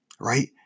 right